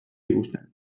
ikusten